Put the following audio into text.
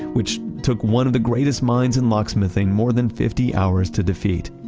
which took one of the greatest minds in locksmithing more than fifty hours to defeat.